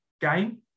game